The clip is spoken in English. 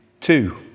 Two